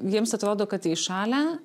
jiems atrodo kad įšalę